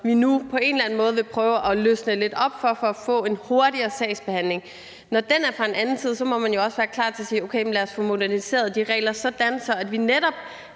vi nu på en eller anden måde vil prøve at løsne lidt op for for at få en hurtigere sagsbehandling, så må man jo også være klar til at sige: Okay, lad os få moderniseret de regler, sådan at vi netop